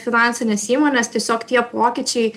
finansines įmones tiesiog tie pokyčiai